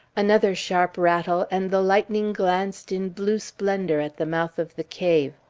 another sharp rattle, and the lightning glanced in blue splendour at the mouth of the cave.